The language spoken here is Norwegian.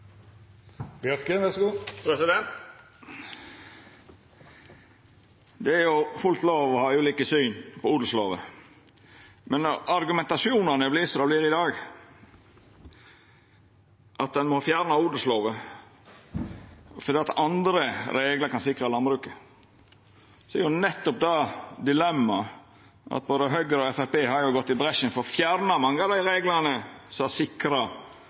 i dag, at ein må fjerna odelslova for at andre reglar kan sikra landbruket, er dilemmaet nettopp at både Høgre og Framstegspartiet har gått i bresjen for å fjerna mange av dei reglane som har sikra